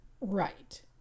right